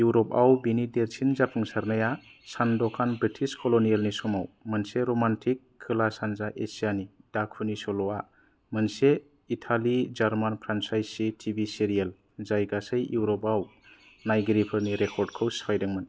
इउरपआव बिनि देरसिन जाफुंसारनाया सानदकान ब्रिटिस कल'नियेलनि समाव मोनसे रमानटिक खोला सानजा एसियानि दाखुनि सलआ मोनसे इताली जार्मन फ्रानचाइसी टीवी सिरियाल जाय गासै इउरपआव नायगिरिफोरनि रेकर्दखौ सिफायदोंमोन